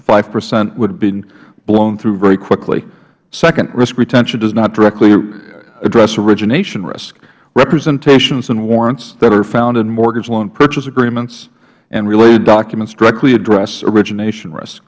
five percent would have been blown through very quickly second risk retention does not directly address origination risk representations and warrants that are found in mortgage loan purchase agreements and related documents directly address origination risk